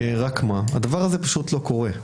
רק מה, הדבר הזה לא קורה.